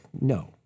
no